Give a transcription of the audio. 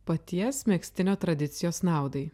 paties megztinio tradicijos naudai